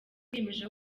twiyemeje